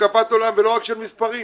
והשקפת עולם, ולא רק של מספרים.